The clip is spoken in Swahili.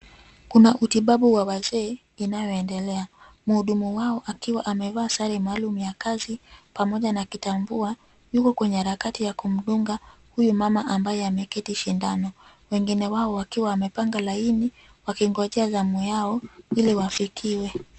Kuna utibabu wa wazee inayoendelea. Mhudumu wao akiwa amevaa sare maalum ya kazi pamoja na kitambua yuko kwenye harakati ya kumdunga huyu mmama ambaye ameketi shindano. Wengine wao wakiwa wamepanga laini wakingojea zamu yao iliwafikiwe.